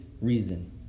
reason